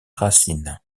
racines